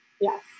Yes